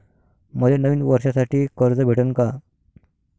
मले नवीन वर्षासाठी कर्ज भेटन का?